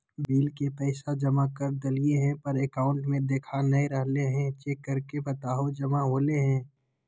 Bill के पैसा जमा कर देलियाय है पर अकाउंट में देखा नय रहले है, चेक करके बताहो जमा होले है?